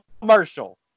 commercial